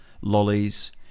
lollies